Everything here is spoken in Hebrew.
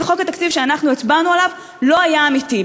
וחוק התקציב שאנחנו הצבענו עליו לא היה אמיתי.